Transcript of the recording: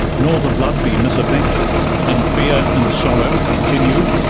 nor the blood be misaffected and fear and sorrow continue,